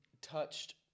touched